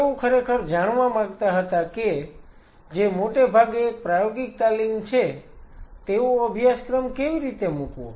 તેઓ ખરેખર જાણવા માંગતા હતા કે જે મોટે ભાગે એક પ્રાયોગિક તાલીમ છે તેવો અભ્યાસક્રમ કેવી રીતે મૂકવો